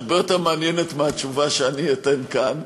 הרבה יותר מעניינת מהתשובה שאני אתן כאן.